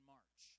March